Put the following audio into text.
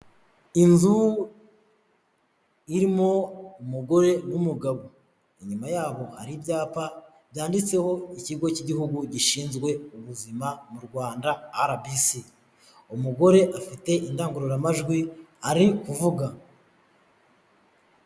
Inzu irimo umugore n'umugabo, inyuma yabo hari ibyapa byanditseho ikigo k'Igihugu gishinzwe ubuzima mu Rwanda RBC, umugore afite indangururamajwi ari kuvuga.